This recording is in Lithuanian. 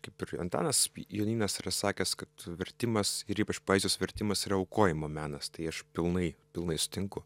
kaip ir antanas jonynas yra sakęs kad vertimas ir ypač poezijos vertimas yra aukojimo menas tai aš pilnai pilnai sutinku